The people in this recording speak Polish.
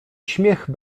śmiech